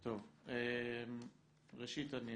ראשית, אני